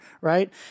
right